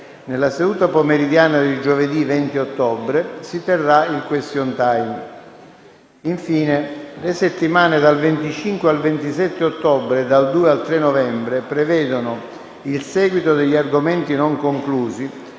Nella seduta pomeridiana di giovedì 20 ottobre si terrà il *question time*. Infine, le settimane dal 25 al 27 ottobre e dal 2 al 3 novembre prevedono il seguito degli argomenti non conclusi